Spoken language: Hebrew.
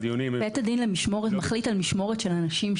בית הדין למשמורת מחליט על משמורת לאנשים.